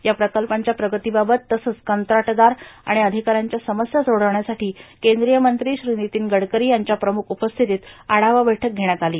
या प्रकल्पांच्या प्रगतीबाबत तसंच कंत्राटदार आणि अधिकाऱ्यांच्या समस्या सोडण्यासाठी केंद्रीय मंत्री श्री नितीन गडकरी यांच्या प्रमुख उपस्थितीत आढावा बैठक घेण्यात आली